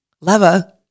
Leva